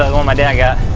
ah the one my dad got.